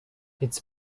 its